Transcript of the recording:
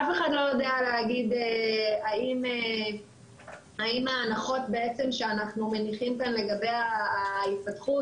אף אחד לא יודע להגיד האם ההנחות שאנחנו מניחים כאן לגבי ההתפתחות,